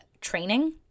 training